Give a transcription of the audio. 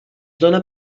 dóna